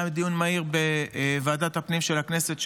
היה דיון מהיר בוועדת הפנים של הכנסת,